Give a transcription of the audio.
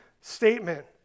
statement